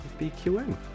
BQN